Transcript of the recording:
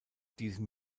diesem